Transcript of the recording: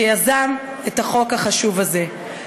שיזם את החוק החשוב הזה.